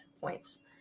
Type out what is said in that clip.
points